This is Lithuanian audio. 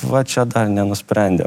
va čia dar nenusprendėm